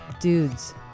dudes